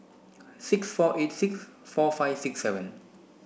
six four eight six four five six seven